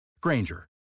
Granger